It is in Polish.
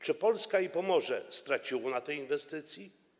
Czy Polska i Pomorze straciły na tej inwestycji?